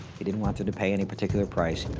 he didn't want them to pay any particular price.